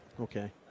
Okay